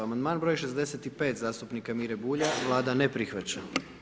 Amandman broj 65. zastupnika Mire Bulja, Vlada ne prihvaća.